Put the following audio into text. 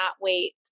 wait